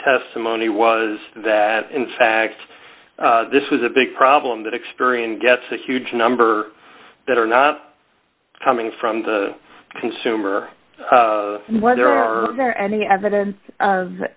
testimony was that in fact this was a big problem that experian gets a huge number that are not coming from the consumer what there are there any evidence